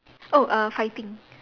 oh uh fighting